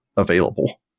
available